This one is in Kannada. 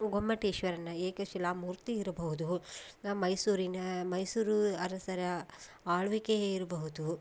ಗೊಮ್ಮಟೇಶ್ವರನ ಏಕಶಿಲಾ ಮೂರ್ತಿ ಇರಬಹುದು ನಮ್ಮ ಮೈಸೂರಿನ ಮೈಸೂರು ಅರಸರ ಆಳ್ವಿಕೆ ಇರಬಹುದು